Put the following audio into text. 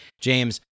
James